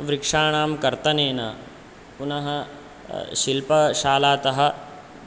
वृक्षाणां कर्तनेन पुनः शिल्पशालातः